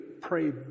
pray